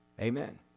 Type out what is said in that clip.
Amen